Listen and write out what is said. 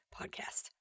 podcast